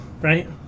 right